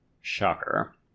shocker